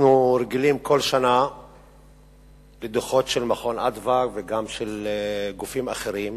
אנחנו רגילים כל שנה לדוחות של "מרכז אדוה" וגם של גופים אחרים,